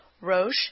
Roche